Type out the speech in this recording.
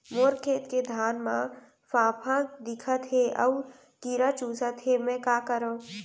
मोर खेत के धान मा फ़ांफां दिखत हे अऊ कीरा चुसत हे मैं का करंव?